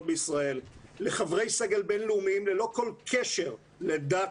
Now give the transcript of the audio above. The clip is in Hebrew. בישראל לחברי סגל בינלאומיים ללא כל קשר לדת,